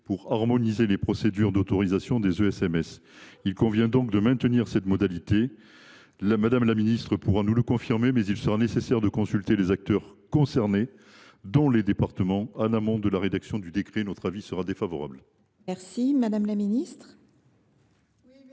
pour harmoniser les procédures d’autorisation des ESMS. Il convient donc de maintenir cette modalité. Mme la ministre pourra nous le confirmer : il sera nécessaire de consulter les acteurs concernés, dont les départements, en amont de la rédaction du décret. La commission émet donc un avis